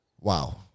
wow